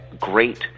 great